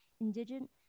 indigent